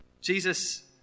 Jesus